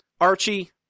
archie